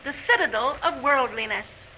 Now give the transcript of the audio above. the citadel of worldliness.